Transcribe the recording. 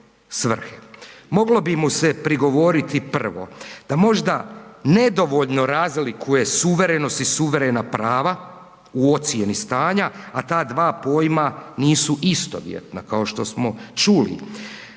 Moglo bi mu se prigovoriti, prvo da možda nedovoljno razlikuje suverenost i suverena prava u ocjeni stanja, a ta dva pojma nisu istovjetna kao što smo čuli.